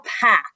path